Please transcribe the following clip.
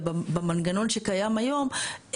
ובמנגנון שקיים היום,